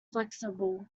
flexible